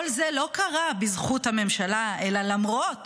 כל זה לא קרה בזכות הממשלה, אלא למרות